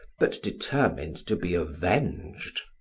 but determined to be avenged.